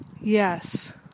Yes